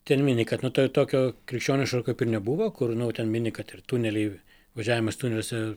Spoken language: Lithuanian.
ten mini kad nu to tokio krikščioniško kaip ir nebuvo kur nu ten mini kad ir tuneliai važiavimas tuneliuose